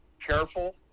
careful